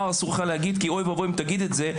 אסור לך להגיד כי אוי ואבוי אם תגיד את זה,